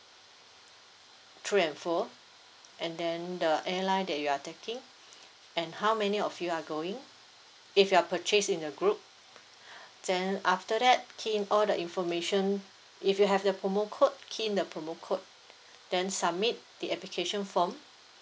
to and fro and then the airline that you are taking and how many of you are going if you are purchase in a group then after that key in all the information if you have the promo code key in the promo code then submit the application form